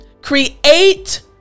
create